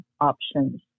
options